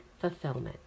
fulfillment